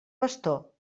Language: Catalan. bastó